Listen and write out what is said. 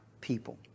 people